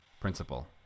principle